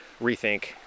rethink